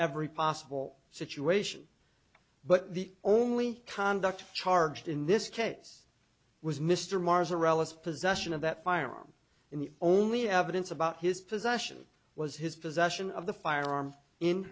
every possible situation but the only conduct charged in this case was mr marrs a relative possession of that firearm in the only evidence about his possession was his possession of the firearm in